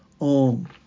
Om